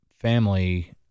family